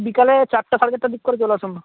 বিকালে চারটে সাড়ে চারটের দিক করে চলে আসুন না